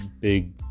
big